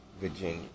Virginia